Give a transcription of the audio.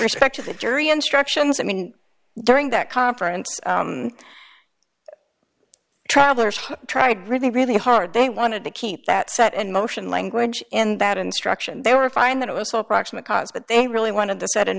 respect to the jury instructions i mean during that conference travelers tried really really hard they wanted to keep that set in motion language in that instruction they were fine that it was so proximate cause but they really wanted this set in